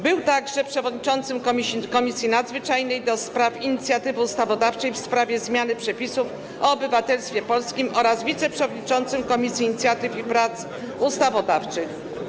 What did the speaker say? Był także przewodniczącym Komisji Nadzwyczajnej ds. inicjatywy ustawodawczej w sprawie zmiany przepisów o obywatelstwie polskim oraz wiceprzewodniczącym Komisji Inicjatyw i Prac Ustawodawczych.